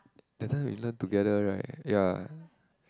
that time we learn together right ya